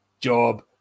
Job